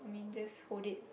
mean just hold it